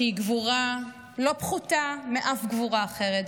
שהיא גבורה לא פחותה מאף גבורה אחרת,